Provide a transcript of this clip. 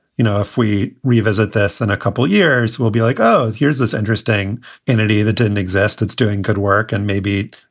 you know, if we revisit this than a couple of years, we'll be like, oh, here's this interesting entity that didn't exist that's doing good work. and maybe,